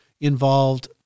involved